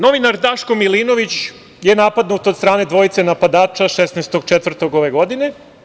Novinar Daško Milinović je napadnut od strane dvojice napadača 16.4. ove godine.